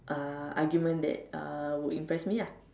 uh argument that uh would impress me ah